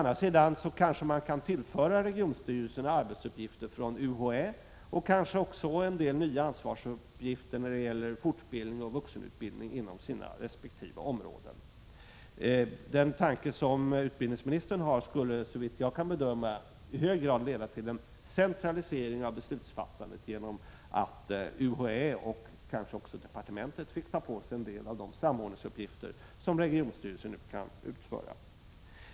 Dessutom kanske man kan tillföra regionstyrelserna arbetsuppgifter från UHÄ och även en del nya ansvarsuppgifter när det gäller fortbildning och vuxenutbildning inom deras resp. områden. Den tanke som utbildningsministern har skulle såvitt jag kan bedöma i hög grad leda till en centralisering av beslutsfattandet genom att UHÄ och kanske även departementet fick ta på sig en del av de samordningsuppgifter som regionstyrelsen nu kan utföra.